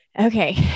Okay